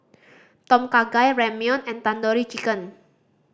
Tom Kha Gai Ramyeon and Tandoori Chicken